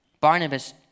Barnabas